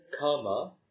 karma